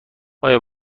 آیا